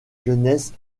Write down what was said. jeunesses